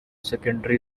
secondary